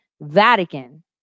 Vatican